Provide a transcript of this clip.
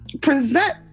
present